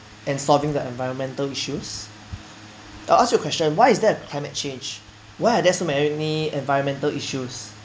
and solving the environmental issues I ask you a question why is there climate change why are there so many environmental issues